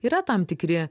yra tam tikri